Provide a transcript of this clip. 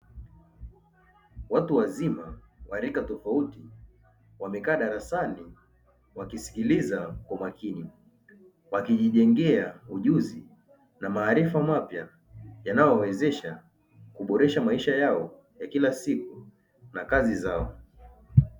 Watu wazima wa rika tofauti wamekaa darasani wakisikiliza kwa makini wakijijengea ujuzi, na maarifa mapya yanayowawezesha kuboresha maisha yao ya kila siku na kazi zao.